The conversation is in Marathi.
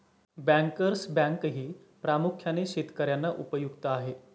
बँकर्स बँकही प्रामुख्याने शेतकर्यांना उपयुक्त आहे